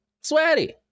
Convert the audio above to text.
sweaty